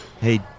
Hey